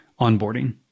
onboarding